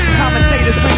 commentators